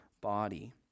body